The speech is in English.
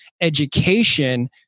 education